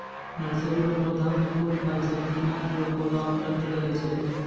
nursery रो पौधा मे फूल, फल, सब्जी आदि रो पौधा उपलब्ध रहै छै